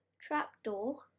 trapdoor